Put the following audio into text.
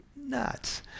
Nuts